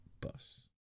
bus